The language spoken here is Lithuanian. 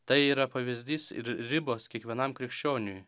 tai yra pavyzdys ir ribos kiekvienam krikščioniui